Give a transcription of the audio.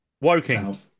Woking